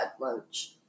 lunch